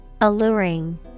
Alluring